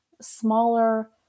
smaller